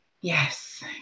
Yes